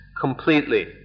completely